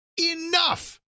enough